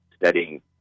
studying